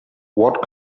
what